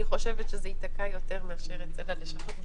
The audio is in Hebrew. אני חושבת שזה ייתקע יותר מאשר אצל לשכות הבריאות.